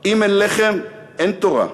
"אם אין קמח אין תורה",